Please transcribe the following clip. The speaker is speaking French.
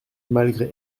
malgré